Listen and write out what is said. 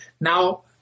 now